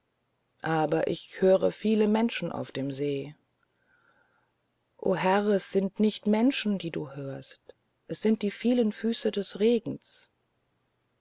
aber ich höre viele menschen auf dem see o herr es sind nicht menschen die du hörst das sind die vielen füße des regens